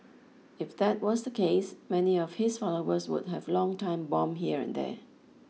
if that was the case many of his followers would have long time bomb here and there